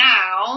Now